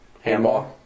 Handball